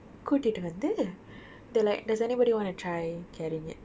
கூடிட்டு வந்து:koodittu vanthu they were like does anybody want to try carrying it